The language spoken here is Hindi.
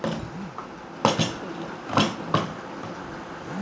वेटर ने फिर उसे बताया कि जिओडक एक्वाकल्चर ताजा है